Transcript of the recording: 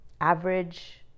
average